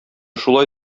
шулай